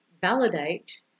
validate